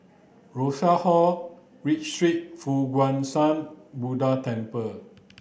Rosas Hall Read Street Fo Guang Shan Buddha Temple